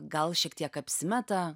gal šiek tiek apsimeta